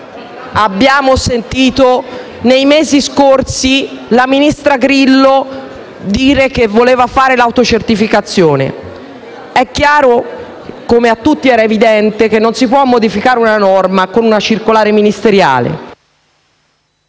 abbiamo sentito la ministra Grillo dire che voleva fare l'autocertificazione. È chiaro ed evidente a tutti che non si può modificare una norma con una circolare ministeriale.